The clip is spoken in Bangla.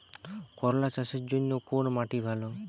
করলা চাষের জন্য কোন মাটি ভালো?